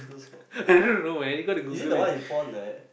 I don't know man you gotta Google it